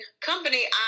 company